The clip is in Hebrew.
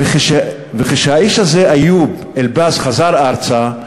וכשהאיש הזה, איוב אלבאז, חזר ארצה,